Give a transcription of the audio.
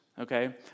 okay